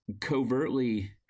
covertly